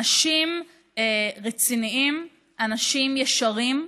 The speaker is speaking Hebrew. אנשים רציניים, אנשים ישרים,